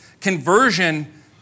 Conversion